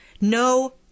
No